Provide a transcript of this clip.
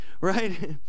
right